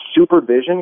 supervision